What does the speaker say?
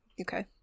Okay